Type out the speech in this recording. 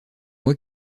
mois